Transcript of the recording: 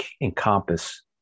encompass